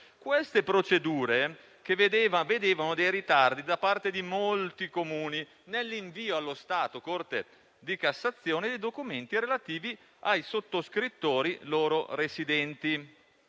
Queste procedure vedevano dei ritardi da parte di molti Comuni nell'invio alla Corte di cassazione dei documenti relativi ai sottoscrittori loro residenti.